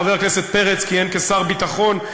חבר הכנסת פרץ כיהן כשר הביטחון,